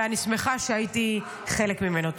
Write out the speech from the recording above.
ואני שמחה שהייתי חלק ממנו.